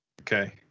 Okay